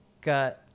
got